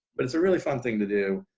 but it's a really fun thing to do,